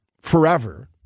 forever